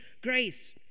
grace